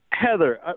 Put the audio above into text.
Heather